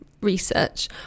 research